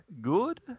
good